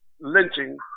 lynching